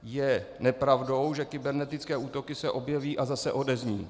Je nepravdou, že kybernetické útoky se objeví a zase odezní.